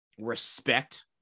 respect